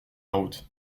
route